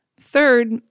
Third